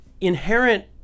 inherent